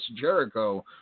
Jericho